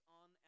on